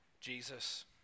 Jesus